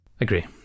agree